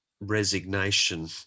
resignation